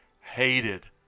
hated